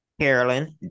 Carolyn